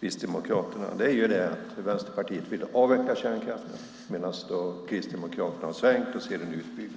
Kristdemokraterna. Vänsterpartiet vill avveckla kärnkraften, medan Kristdemokraterna har svängt och ser framför sig en utbyggnad.